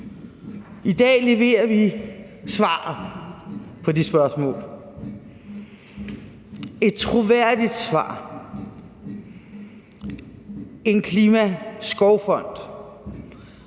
I dag leverer vi svaret på det spørgsmål, et troværdigt svar: en Klimaskovfond,